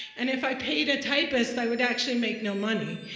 and if i paid a typist, i would actually make no money.